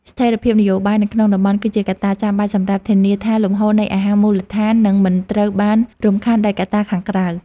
ស្ថិរភាពនយោបាយនៅក្នុងតំបន់ គឺជាកត្តាចាំបាច់សម្រាប់ធានាថាលំហូរនៃអាហារមូលដ្ឋាននឹងមិនត្រូវបានរំខានដោយកត្តាខាងក្រៅ។